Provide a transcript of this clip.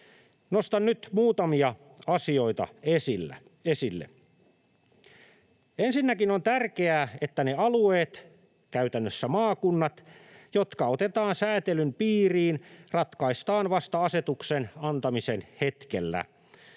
Nostan nyt muutamia asioita esille: Ensinnäkin on tärkeää, että ne alueet, käytännössä maakunnat, jotka otetaan sääntelyn piiriin, ratkaistaan vasta asetuksen antamisen hetkellä.